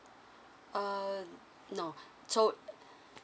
uh no so